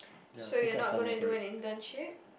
so you're not gonna do an internship